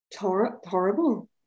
horrible